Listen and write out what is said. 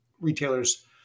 retailers